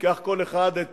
ייקח כל אחד את